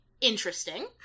interesting